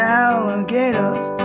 alligators